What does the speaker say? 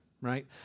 right